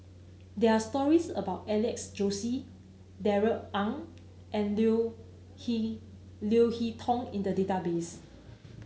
there stories about Alex Josey Darrell Ang and Leo Hee Leo Hee Tong in the database